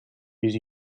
with